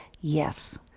Yes